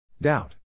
Doubt